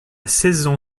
saison